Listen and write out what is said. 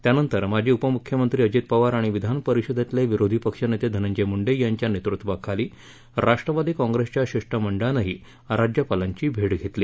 त्यानस्ति माजी उपमुख्यमस्ती अजित पवार आणि विधान परिषदेतले विरोधी पक्षनेते धनस्ति मुद्दीयाच्या नेतृत्वाखाली राष्ट्रवादी काँप्रेसच्या शिष्टमध्रिनही राज्यपालाही भेञ्घेतली